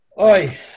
Oi